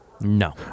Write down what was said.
no